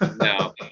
No